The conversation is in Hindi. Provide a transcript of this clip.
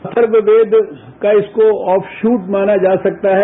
अथर्ववेद का इसको ऑब्शूट माना जा सकता है